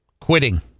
Quitting